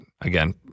again